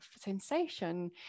sensation